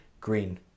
Green